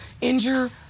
injure